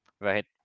right